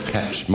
Catch